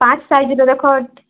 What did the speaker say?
ପାଞ୍ଚ ସାଇଜ୍ର ଦେଖ